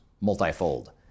multifold